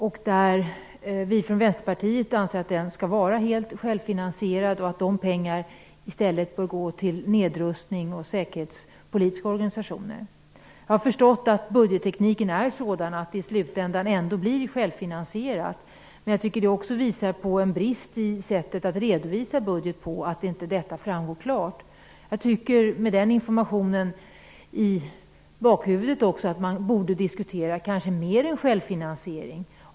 Vi anser från Vänsterpartiet att ISP skall vara helt självfinansierad och att pengarna i stället bör gå till nedrustning och till säkerhetspolitiska organisationer. Jag har förstått att budgettekniken är sådan att det i slutänden ändå blir självfinansierat, men jag tycker att det förhållandet att detta inte framgår klart visar på en brist i sättet att redovisa budgeten. Med den informationen i bakhuvudet tycker jag också att man kanske borde diskutera mer än en självfinansiering.